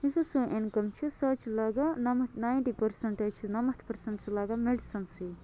یۄس حظ سٲنۍ اِنکَم چھِ سۄ حظ چھِ لگان نَمَتھ نایِینٹی پٔرسَنٛٹ حظ چھِ نَمَتھ پٔرسَنٛٹ چھِ لگان میٚڈِسَن سٕے یوت